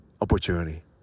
opportunity